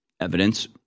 evidence